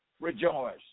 rejoice